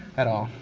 at all.